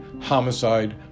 homicide